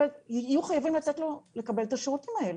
יהיו חייבים לתת לו לקבל את השירותים האלה.